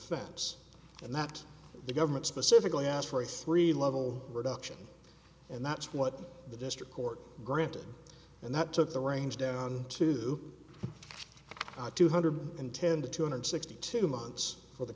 offense and that the government specifically asked for a three level reduction and that's what the district court granted and that took the range down to two hundred and ten to two hundred sixty two months for the